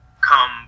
come